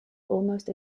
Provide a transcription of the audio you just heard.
almost